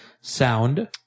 sound